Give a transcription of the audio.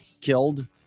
killed